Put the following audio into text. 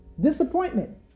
Disappointment